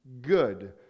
good